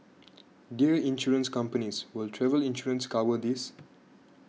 dear Insurance companies will travel insurance cover this